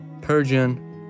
Persian